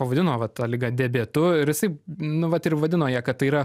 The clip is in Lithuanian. pavadino va tą ligą diabetu ir jisai nu vat ir vadino ją kad tai yra